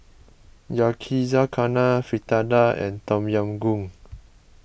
Yakizakana Fritada and Tom Yam Goong